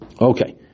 Okay